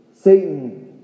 Satan